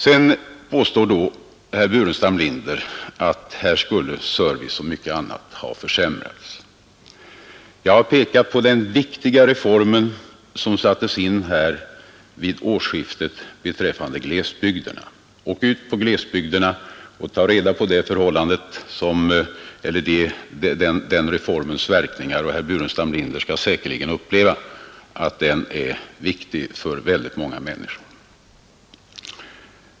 Sedan påstår herr Burenstam Linder att servicen och mycket annat skulle ha försämrats. Jag har pekat på den viktiga reform beträffande glesbygderna som sattes in vid årsskiftet. Åk ut i glesbygderna och ta reda på reformens verkningar, och herr Burenstam Linder skall säkerligen uppleva att den reformen är viktig för många människor!